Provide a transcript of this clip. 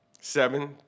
seven